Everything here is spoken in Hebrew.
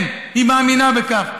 כן, היא מאמינה בכך.